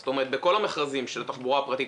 זאת אומרת בכל המכרזים של התחבורה הפרטית,